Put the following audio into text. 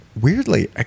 weirdly